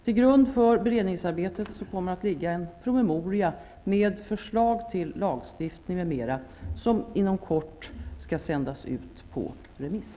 Till grund för beredningsarbetet kommer att ligga en promemoria med förslag till lagstiftning m.m., som inom kort skall sändas ut på remiss.